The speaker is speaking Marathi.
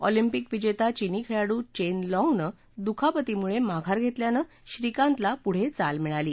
ऑलिंपिक विजेता चिनी खेळाडू चेन लाँग ने दुखापतीमुळं माघार घेतल्यानं श्रीकांतला पुढे चाल मिळाली